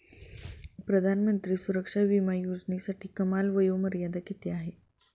प्रधानमंत्री सुरक्षा विमा योजनेसाठी कमाल वयोमर्यादा किती आहे?